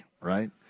right